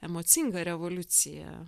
emocinga revoliucija